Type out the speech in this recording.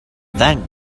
thank